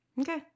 Okay